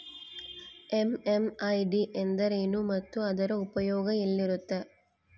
MMID ಎಂದರೇನು ಮತ್ತು ಅದರ ಉಪಯೋಗ ಎಲ್ಲಿರುತ್ತೆ?